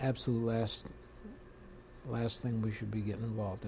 absolute last last thing we should be get involved